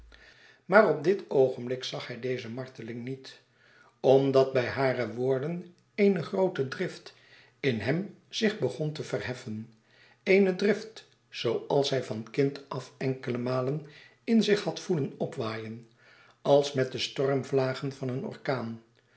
maar op dit oogenblik zag hij deze marteling niet omdat bij hare woorden eene groote drift in hem zich begon te verheffen eene drift zooals hij van kind af enkele malen in zich had voelen opwaaien als met de stormvlagen van een orkaan